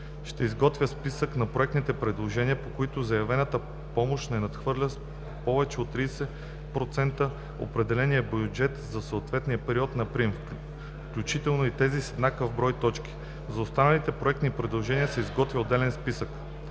ще изготвя списък на проектните предложения, по които заявената помощ не надхвърля с повече от 30% определения бюджет за съответния период на прием, включително и тези с еднакъв брой точки. За останалите проектни предложения се изготвя отделен списък.